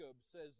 says